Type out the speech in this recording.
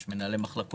יש מנהלי מחלקות.